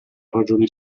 ragioni